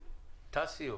בבקשה.